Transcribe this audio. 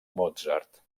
mozart